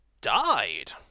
Died